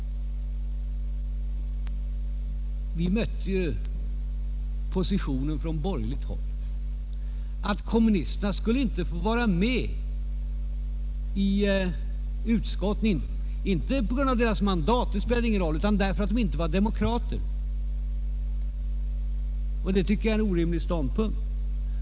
Vi mötte från borgerligt håll den inställningen att kommunisterna inte skulle få vara med i utskotten, inte på grund av deras få mandat utan därför att kommunisterna inte var demokrater. Det tycker jag en orimlig ståndpunkt.